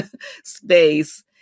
space